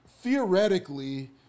Theoretically